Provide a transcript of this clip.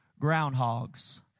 Groundhogs